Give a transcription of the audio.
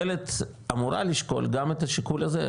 ואמורה לשקול גם את השיקול הזה,